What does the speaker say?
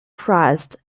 pressed